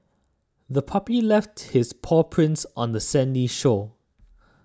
the puppy left his paw prints on the sandy shore